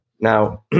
Now